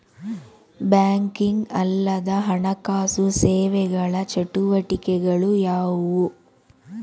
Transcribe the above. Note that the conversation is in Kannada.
ಬ್ಯಾಂಕಿಂಗ್ ಅಲ್ಲದ ಹಣಕಾಸು ಸೇವೆಗಳ ಚಟುವಟಿಕೆಗಳು ಯಾವುವು?